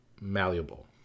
malleable